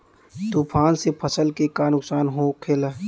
तूफान से फसल के का नुकसान हो खेला?